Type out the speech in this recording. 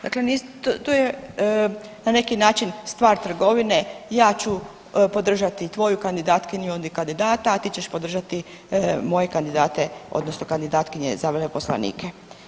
Dakle, to je na neki način stvar trgovine, ja ću podržati tvoju kandidatkinju oni kandidata, a ti ćeš podržati moje kandidate odnosno kandidatkinje za veleposlanike.